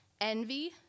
envy